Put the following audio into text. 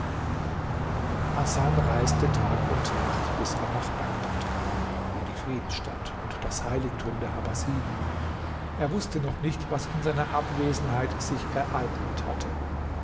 hasan reiste tag und nacht bis er nach bagdad kam in die friedensstadt und das heiligtum der abassiden er wußte noch nicht was in seiner abwesenheit sich ereignet hatte